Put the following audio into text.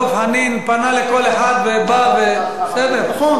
דב חנין פנה לכל אחד ובא, א.